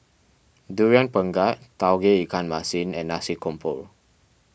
Durian Pengat Tauge Ikan Masin and Nasi Campur